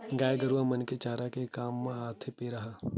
गाय गरुवा मन के चारा के काम म आथे पेरा ह